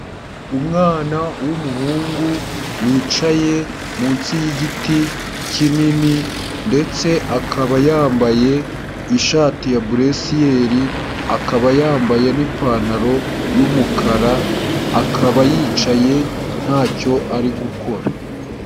Umwana w'umuhungu wicaye munsi y'igiti kinini ndetse akaba yambaye ishati ya buresiyeli, akaba yambaye n'ipantaro y'umukara, akaba yicaye ntacyo ari gukora.